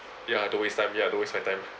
ya don't waste time ya don't waste my time